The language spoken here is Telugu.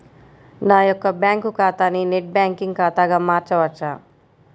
నా యొక్క బ్యాంకు ఖాతాని నెట్ బ్యాంకింగ్ ఖాతాగా మార్చవచ్చా?